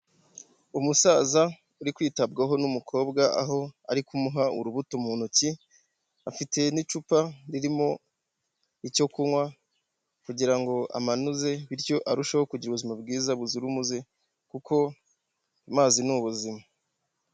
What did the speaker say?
Umusaza uri kwitabwaho n'umukobwa aho ari kumuha urubuto mu ntoki afiti n'icupa ririmo icyo kunywa kugira ngo amanuze bityo arusheho kugira ubuzima bwiza buzira umuze kuko amazi ni ubuzima.